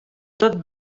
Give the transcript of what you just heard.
tot